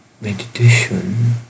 Meditation